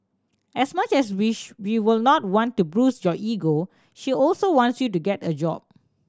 as much as we we would not want to bruise your ego she also wants you to get a job